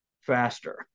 faster